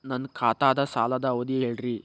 ನನ್ನ ಖಾತಾದ್ದ ಸಾಲದ್ ಅವಧಿ ಹೇಳ್ರಿ